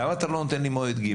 למה אתה לא נותן לי מועד ג'?